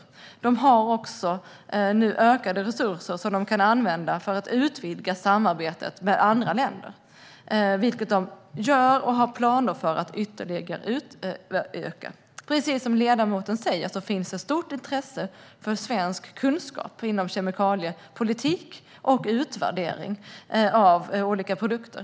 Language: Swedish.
Man har också fått ökade resurser som man kan använda för att utvidga samarbetet med andra länder, vilket man gör och har planer för att ytterligare utöka. Precis som ledamoten säger finns ett stort intresse för svensk kunskap inom kemikaliepolitik och utvärdering av olika produkter.